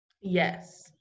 Yes